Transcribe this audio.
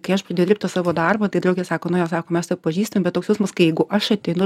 kai aš pradėjau dirbt tą savo darbą tai draugė sako nu jo mes teve atpažįstam bet toks jausmas kai jeigu aš ateinu